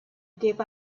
give